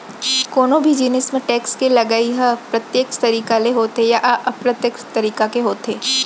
कोनो भी जिनिस म टेक्स के लगई ह प्रत्यक्छ तरीका ले होथे या अप्रत्यक्छ तरीका के होथे